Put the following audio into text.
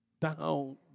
Down